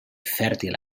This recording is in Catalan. fèrtil